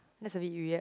that's a bit weird